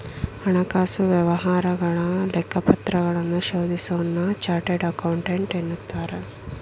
ಹಣಕಾಸು ವ್ಯವಹಾರಗಳ ಲೆಕ್ಕಪತ್ರಗಳನ್ನು ಶೋಧಿಸೋನ್ನ ಚಾರ್ಟೆಡ್ ಅಕೌಂಟೆಂಟ್ ಎನ್ನುತ್ತಾರೆ